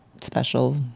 special